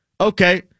Okay